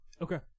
Okay